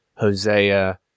Hosea